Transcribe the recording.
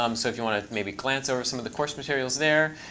um so if you want to maybe glance over some of the course materials there.